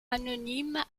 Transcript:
anonyme